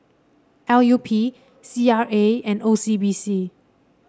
L U P C R A and O C B C